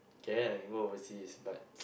can I can go overseas but